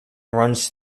runs